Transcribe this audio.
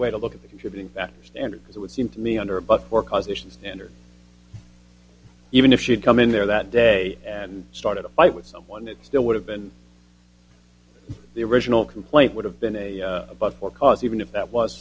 way to look at the contributing factors and it would seem to me under a buck or causation standard even if she had come in there that day and started a fight with someone it still would have been the original complaint would have been a above or cause even if that was